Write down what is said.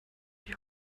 die